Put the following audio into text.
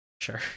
Sure